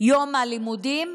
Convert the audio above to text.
הלימודים